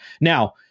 Now